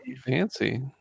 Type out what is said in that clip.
fancy